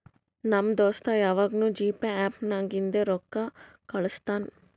ನಮ್ ದೋಸ್ತ ಯವಾಗ್ನೂ ಜಿಪೇ ಆ್ಯಪ್ ನಾಗಿಂದೆ ರೊಕ್ಕಾ ಕಳುಸ್ತಾನ್